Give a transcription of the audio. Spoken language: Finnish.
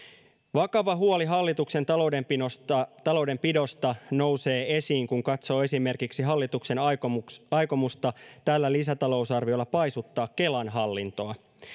vakava huoli hallituksen taloudenpidosta taloudenpidosta nousee esiin kun katsoo esimerkiksi hallituksen aikomusta aikomusta tällä lisätalousarviolla paisuttaa kelan hallintoa